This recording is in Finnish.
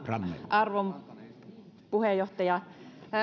arvon puheenjohtaja